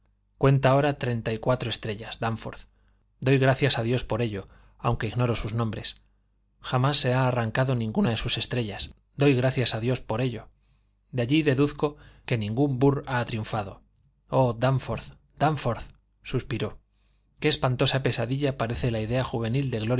cuenta ahora treinta y cuatro estrellas dánforth doy gracias a dios por ello aunque ignoro sus nombres jamás se ha arrancado ninguna de sus estrellas doy gracias a dios por ello de allí deduzco que ningún burr ha triunfado oh dánforth dánforth suspiró qué espantosa pesadilla parece la idea juvenil de